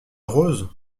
rose